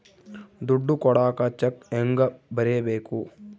ದುಡ್ಡು ಕೊಡಾಕ ಚೆಕ್ ಹೆಂಗ ಬರೇಬೇಕು?